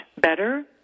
better